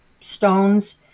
stones